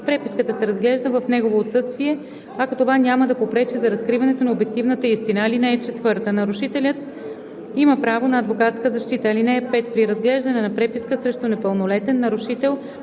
преписката се разглежда в негово отсъствие, ако това няма да попречи за разкриването на обективната истина. (4) Нарушителят има право на адвокатска защита. (5) При разглеждане на преписка срещу непълнолетен нарушител